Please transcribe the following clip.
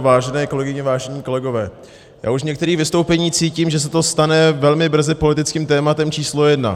Vážené kolegyně, vážení kolegové, já už z některých vystoupení cítím, že se to stane velmi brzy politickým tématem číslo jedna.